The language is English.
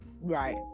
Right